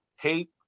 hate